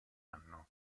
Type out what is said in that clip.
anno